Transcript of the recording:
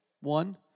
one